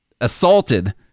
assaulted